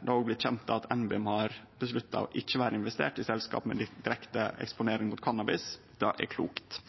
det òg blitt kjent at NBIM har bestemt seg for å ikkje vere investert i selskap med direkte eksponering mot cannabis. Det er klokt.